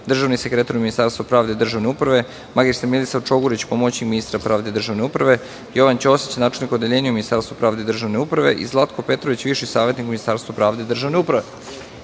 državni sekretar u Ministarstvu pravde i državne uprave, mr Milica Čogurić, pomoćnik ministra pravde i državne uprave, Jovan Ćosić, načelnik odeljenja u Ministarstvu pravde i državne uprave i Zlatko Petrović, viši savetnik u Ministarstvu pravde i državne uprave. Molim